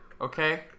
Okay